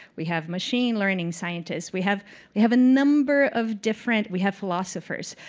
we have machine learning scientists. we have we have a number of different we have philosophers.